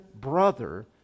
brother